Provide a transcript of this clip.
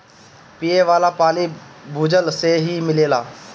पिये वाला पानी भूजल से ही मिलेला